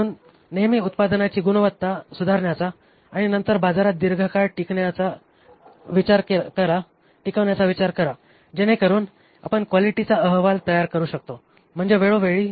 म्हणून नेहमी उत्पादनाची गुणवत्ता सुधारण्याचा आणि नंतर बाजारात दीर्घकाळ टिकविण्याचा विचार करा जेणेकरुन आपण क्वालिटीचा अहवाल तयार करू शकतो म्हणजे वेळोवेळी